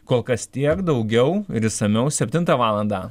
kol kas tiek daugiau ir išsamiau septintą valandą